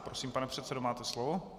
Prosím, pane předsedo, máte slovo.